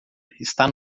está